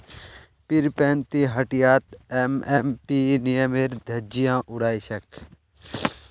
पीरपैंती हटियात एम.एस.पी नियमेर धज्जियां उड़ाई छेक